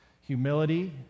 humility